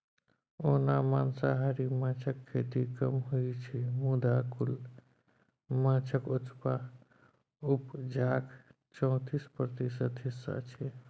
ओना मांसाहारी माछक खेती कम होइ छै मुदा कुल माछक उपजाक चौतीस प्रतिशत हिस्सा छै